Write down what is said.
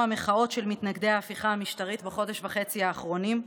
המחאות של מתנגדי ההפיכה המשטרית בחודש וחצי האחרונים,